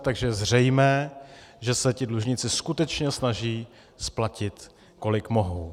Takže je zřejmé, že se ti dlužníci skutečně snaží splatit, kolik mohou.